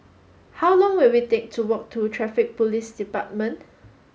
how long will it take to walk to Traffic Police Department